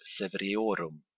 severiorum